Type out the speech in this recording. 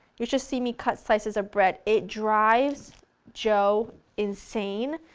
you should see me cut slices of bread, it drives joe insane,